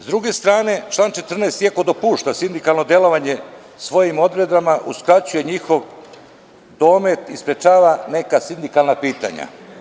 S druge strane, član 14. iako dopušta sindikalno delovanje svojim odredbama uskraćuje njihov domet i sprečava neka sindikalna pitanja.